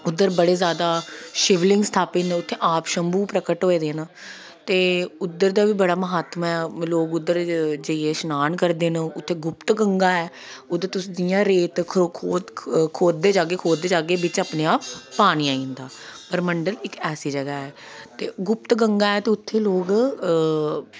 उद्धर बड़े जादा शिवलिंग स्थापत न उत्थें आपशम्भू प्रकट होए दे न ते मंदर दा बी बड़ा म्हत्तव ऐ लोग उत्थें जाइयै शनान करदे न उत्थें गुप्त गंगा ऐ उत्थें तुस जियां रेत खोद खोददे जाह्गे खोददे जाह्गे पानी अपने आप पानी आई जंदा परमंडल इक ऐसी जगह् ऐ ते गुप्त गंगा ऐ ते उत्थें लोग